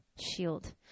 shield